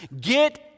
Get